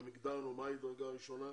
והגדרנו מה היא דרגה ראשונה,